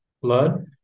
blood